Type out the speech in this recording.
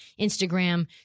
Instagram